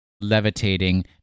levitating